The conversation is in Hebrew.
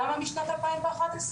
למה משנת 2011?